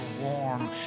warm